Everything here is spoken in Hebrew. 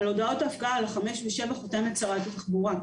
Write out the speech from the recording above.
על הודעות הפקעה 5 ו-7 חותמת שרת התחבורה.